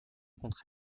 contre